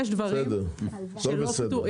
בסדר, הכל בסדר.